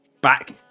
back